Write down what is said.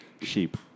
Sheep